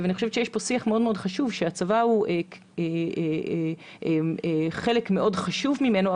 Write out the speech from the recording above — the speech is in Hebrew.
אני חושבת שיש פה שיח מאוד חשוב שהצבא הוא חלק מאוד חשוב ממנו,